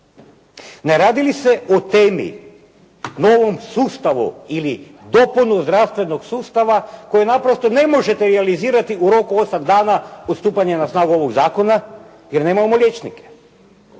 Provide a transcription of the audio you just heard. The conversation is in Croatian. Ne radi li se o temi novom sustavu ili dopunu zdravstvenog sustava koju naprosto ne možete realizirati u roku 8 dana od stupanja na snagu ovog zakona jer nemamo liječnike.